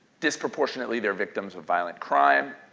disproportionately they're victims of violent crime